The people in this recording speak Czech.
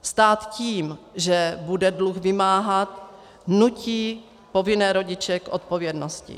Stát tím, že bude dluh vymáhat, nutí povinné rodiče k odpovědnosti.